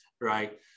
right